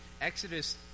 Exodus